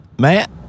Matt